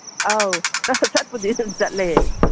ꯑꯧ ꯆꯠꯄꯨꯗꯤ ꯑꯗꯨꯝ ꯆꯠꯂꯦ